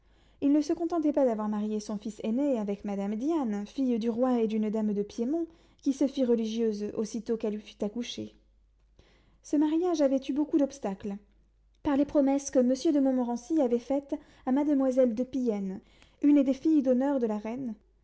il ne se contentait pas d'avoir marié son fils aîné avec madame diane fille du roi et d'une dame de piémont qui se fit religieuse aussitôt qu'elle fut accouchée ce mariage avait eu beaucoup d'obstacles par les promesses que monsieur de montmorency avait faites à mademoiselle de piennes une des filles d'honneur de la reine